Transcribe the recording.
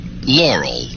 Laurel